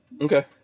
Okay